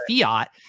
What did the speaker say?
fiat